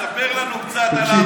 תספר לנו על הערבויות שקיבלת,